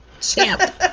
champ